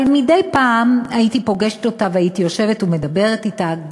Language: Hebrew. אבל מדי פעם הייתי פוגשת אותה והייתי יושבת ומדברת אתה,